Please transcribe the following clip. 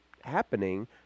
happening